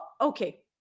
okay